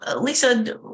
Lisa